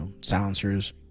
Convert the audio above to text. silencers